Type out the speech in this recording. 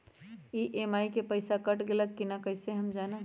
EMI के पईसा कट गेलक कि ना कइसे हम जानब?